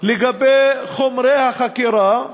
לגבי חומרי החקירה,